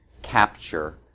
capture